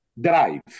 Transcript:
drive